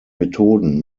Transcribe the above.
methoden